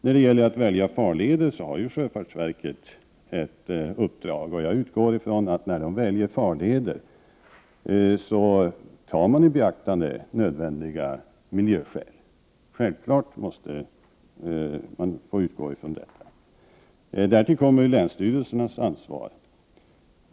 När det gäller valet av farleder har sjöfartsverket ett uppdrag. Jag utgår från att sjöfartsverket tar i beaktande nödvändiga miljöskäl när man väljer farleder. Det måste man självfallet utgå från. Därtill kommer länsstyrelsernas ansvar.